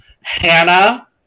Hannah